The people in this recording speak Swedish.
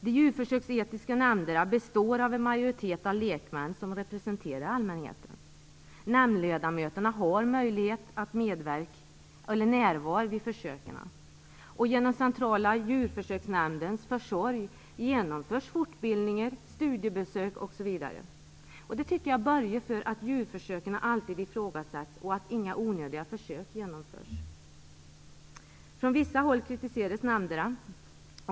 De djurförsöksetiska nämnderna består av en majoritet av lekmän som representerar allmänheten. Nämndledamöterna har möjlighet att närvara vid försöken. Genom Centrala djurförsöksnämndens försorg genomförs fortbildningar, studiebesök osv. Det tycker jag borgar för att djurförsöken alltid ifrågasätts och att inga onödiga försök genomförs. Från vissa håll kritiseras nämnderna.